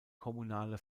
kommunale